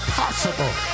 possible